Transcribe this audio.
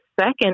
second